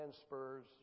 spurs